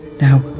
Now